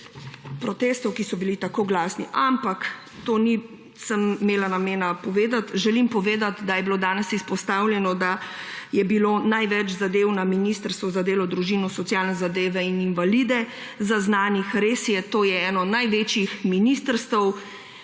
protestov, ki so bili tako glasni. Ampak tega nisem imela namena povedati. Povedati želim, da je bilo danes izpostavljeno, da je bilo največ zadev zaznanih na Ministrstvu za delo, družino, socialne zadeve in enake možnosti. Res je, to je eno največjih ministrstev,